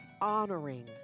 honoring